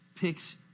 picks